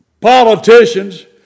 politicians